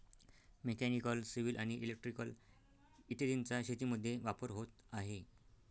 mechanical, civil आणि electrical इत्यादींचा शेतीमध्ये वापर होत आहे